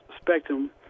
spectrum